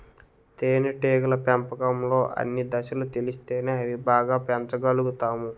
తేనేటీగల పెంపకంలో అన్ని దశలు తెలిస్తేనే అవి బాగా పెంచగలుతాము